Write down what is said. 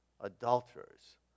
adulterers